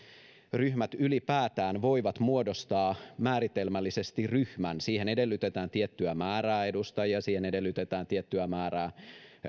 ryhmät ylipäätään voivat muodostaa määritelmällisesti ryhmän siihen edellytetään tiettyä määrää edustajia siihen edellytetään tiettyä määrää